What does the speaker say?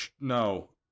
No